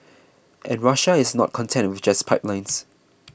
and Russia is not content with just pipelines